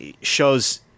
shows